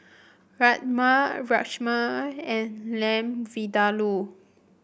Rajma Rajma and Lamb Vindaloo